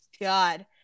God